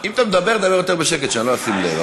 אתה מדבר, תדבר יותר בשקט, שאני לא אשים לב.